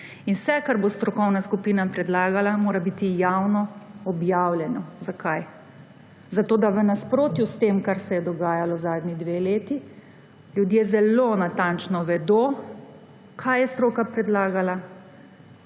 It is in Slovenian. Vse, kar bo strokovna skupina predlagala, mora biti javno objavljeno. Zakaj? Zato, da v nasprotju s tem, kar se je dogajalo zadnji dve leti, ljudje zelo natančno vedo, kaj je stroka predlagala,